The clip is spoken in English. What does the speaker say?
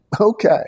Okay